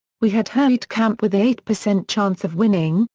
we had heitkamp with a eight percent chance of winning,